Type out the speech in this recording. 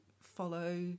follow